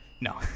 No